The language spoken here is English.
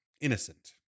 innocent